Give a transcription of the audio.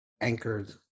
anchored